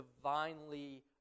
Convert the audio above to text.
divinely